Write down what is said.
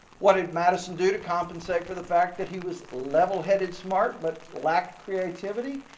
what did madison do to compensate for the fact that he was levelheaded smart but lacked creativity?